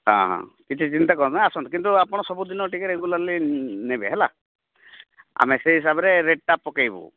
ହଁ ହଁ କିଛି ଚିନ୍ତା କରନ୍ତୁନି ଆସନ୍ତୁ କିନ୍ତୁ ଆପଣ ସବୁଦିନ ଟିକେ ରେଗୁଲାର୍ଲି ନେବେ ହେଲା ଆମେ ସେ ହିସାବରେ ରେଟ୍ଟା ପକେଇବୁ